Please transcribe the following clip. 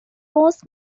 was